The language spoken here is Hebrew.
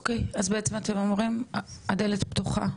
אוקי, אז בעצם אתם אומרים הדלת פתוחה,